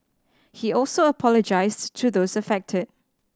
he also apologised to those affected